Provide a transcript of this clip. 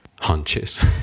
hunches